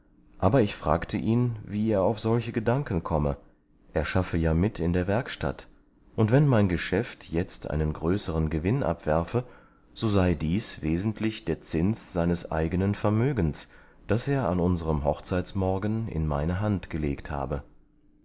aber ich fragte ihn wie er auf solche gedanken komme er schaffe ja mit in der werkstatt und wenn mein geschäft jetzt einen größeren gewinn abwerfe so sei dies wesentlich der zins seines eigenen vermögens das er an unserem hochzeitsmorgen in meine hand gelegt habe